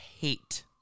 hate